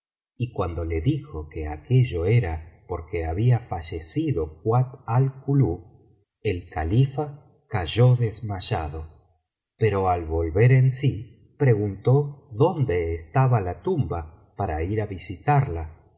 y cuando le dijo que aquello era porque había fallecido kuat al kulub el califa cayó desmayado pero al volver en sí preguntó dónde estaba la tumba para ir á visitarla